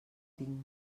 tinc